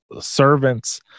servants